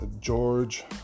George